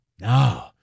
No